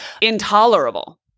intolerable